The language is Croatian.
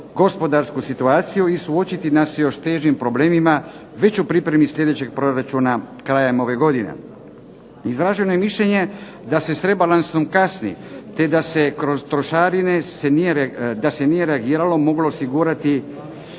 gospodarsku situaciju i suočiti nas s još težim problemima već u pripremi sljedećeg proračuna krajem ove godine. Izraženo je mišljenje da se s rebalansom kasni te da se kroz trošarine, da se nije reagiralo, moglo osigurati